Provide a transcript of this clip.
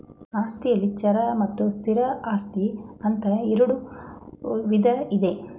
ಆಸ್ತಿಯಲ್ಲಿ ಚರ ಮತ್ತು ಸ್ಥಿರ ಆಸ್ತಿ ಅಂತ ಇರುಡು ವಿಧ ಇದೆ